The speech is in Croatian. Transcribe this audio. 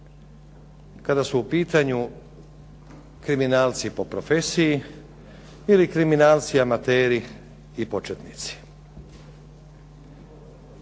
kada su u pitanju kriminalci po profesiji ili kriminalci amateri ili početnici.